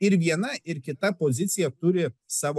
ir viena ir kita pozicija turi savo